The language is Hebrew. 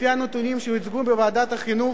לפי נתונים שהוצגו בוועדת החינוך,